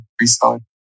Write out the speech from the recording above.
restart